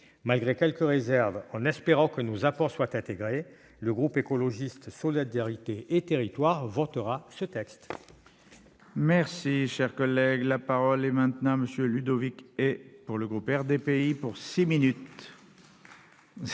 malgré quelques réserves et en formant le voeu que ses apports soient intégrés, le groupe Écologiste-Solidarité et Territoires votera ce texte.